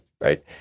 Right